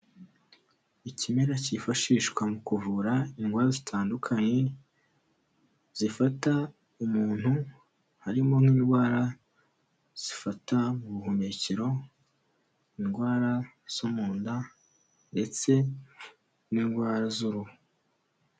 Ikimera cyifashishwa mu kuvura indwara zitandukanye, zifata umuntu, harimo n'indwara zifata mu buhumekero, indwara zo mu nda ndetse n'indwara z'uruhu.